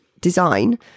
design